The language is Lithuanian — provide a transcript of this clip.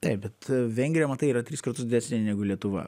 taip bet vengrija matai yra tris kartus didesnė negu lietuva